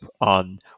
on